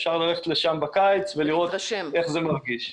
אפשר ללכת לשם בקיץ ולראות איך זה מרגיש.